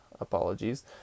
apologies